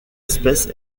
espèce